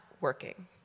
working